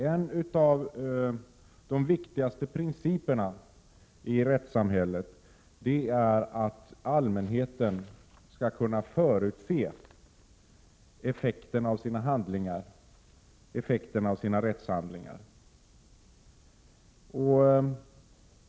En av de viktigaste principerna i rättssamhället är att allmänheten skall kunna förutse effekten av sina rättshandlingar.